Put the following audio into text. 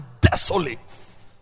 desolate